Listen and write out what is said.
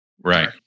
Right